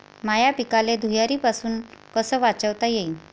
माह्या पिकाले धुयारीपासुन कस वाचवता येईन?